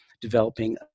developing